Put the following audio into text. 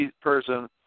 person